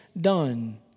done